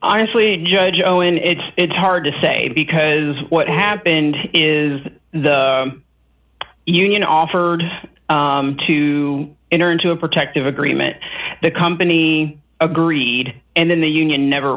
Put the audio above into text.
honestly judge owen edge it's hard to say because what happened is the union offered to enter into a protective agreement the company agreed and then the union never